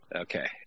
Okay